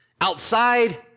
outside